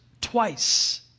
twice